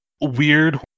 weird